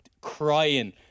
crying